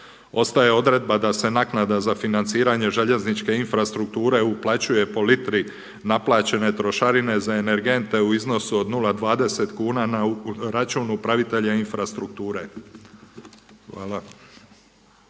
Ostaje odredba da se naknada za financiranje željezničke infrastrukture uplaćuje po litri naplaćene trošarine za energente u iznosu od 0,20 kuna na račun upravitelja infrastrukture.